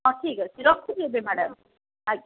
ହଁ ଠିକ୍ ଅଛି ରଖୁଛି ଏବେ ମ୍ୟାଡ଼ାମ୍ ଆଜ୍ଞା